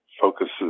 focuses